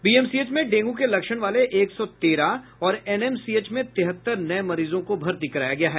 PMCH में dengue के लक्षण वाले एक सौ तेरह और एनएमसीएच में तिहत्तर नये मरीजों को भर्ती कराया गया है